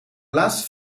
laatste